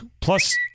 plus